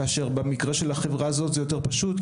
כאשר במקרה של החברה הזאת זה יותר פשוט,